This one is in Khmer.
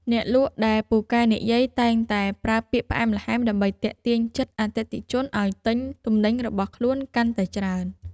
អ្នកលក់ដែលពូកែនិយាយតែងតែប្រើពាក្យផ្អែមល្ហែមដើម្បីទាក់ទាញចិត្តអតិថិជនឱ្យទិញទំនិញរបស់ខ្លួនកាន់តែច្រើន។